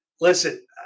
Listen